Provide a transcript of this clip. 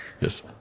Yes